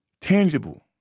tangible